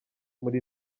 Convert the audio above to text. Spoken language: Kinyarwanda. muri